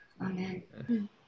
Amen